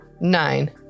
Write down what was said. nine